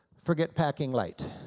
forget packing light,